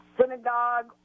synagogue